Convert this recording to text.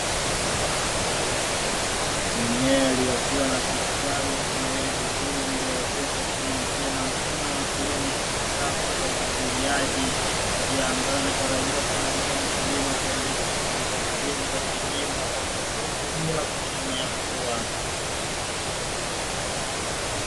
Mimea iliyokuwa na kustawi na kunawiri vizuri iliyooteshwa kutumia njia na mfumo wa kilimo cha kisasa cha umwagiliaji, njia ambayo inatarajiwa kumuezesha mkulima kuendesha shughuli zake hizo za kilimo wakati wowote bila kutegemea mvua.